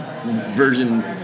version